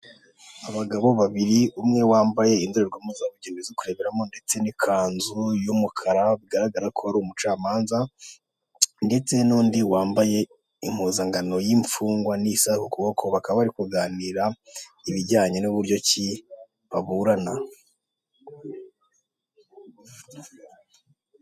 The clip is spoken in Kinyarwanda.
Abagabo babiri umwe wambaye indorerwamo zabugenewe zo kureberamo ndetse n'ikanzu y'umukara bigaragara ko ari umucamanza; ndetse n'undi wambaye impuzankano y'imfungwa n'isaha ku kuboko; bakaba bari kuganira ibijyanye n'uburyo ki baburana.